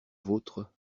vôtre